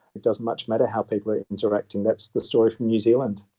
it doesn't much matter how people are interacting, that's the story from new zealand.